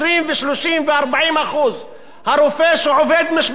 ו-30% ו-40%; הרופא שעובד משמרות,